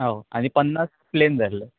हा आनी पन्नास प्लेन जाय आसले